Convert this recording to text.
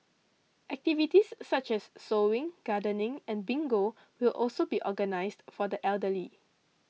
activities such as sewing gardening and bingo will also be organised for the elderly